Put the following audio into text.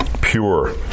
pure